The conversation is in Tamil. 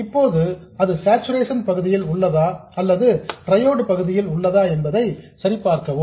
இப்போது அது சார்சுரேஷன் பகுதியில் உள்ளதா அல்லது டிரையோட் பகுதியில் உள்ளதா என்பதை சரிபார்க்கவும்